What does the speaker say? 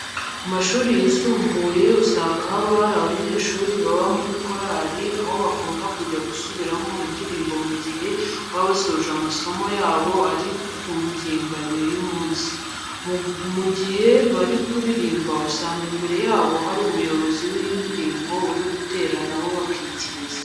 Mu mashuri yisumbuye usanga haba hari abanyeshuri baba muri korari, aho bakunda kujya gusubiramo indirimbo mu gihe baba basoje amasomo yabo ari ku ngengabihe y'umunsi. Mu guhe bari kuririmba usanga imbere yabo hari umuyobozi w'indirimbo uri gutera na bo bakicyiriza.